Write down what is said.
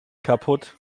kaputt